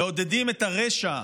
מעודדים את הרשע,